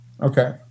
Okay